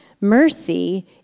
Mercy